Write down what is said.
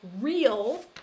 real